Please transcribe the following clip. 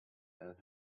and